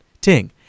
Ting